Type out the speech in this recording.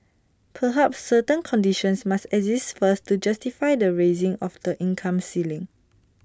perhaps certain conditions must exist first to justify the raising of the income ceiling